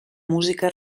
música